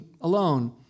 alone